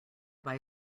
buy